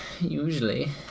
usually